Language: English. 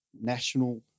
national